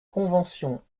convention